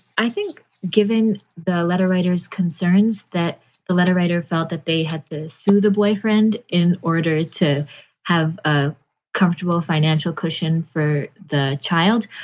i think given the letter writers concerns that the letter writer felt that they had to sue the boyfriend in order to have a comfortable financial cushion for the child.